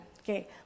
Okay